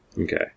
Okay